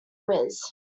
whiz